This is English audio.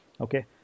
Okay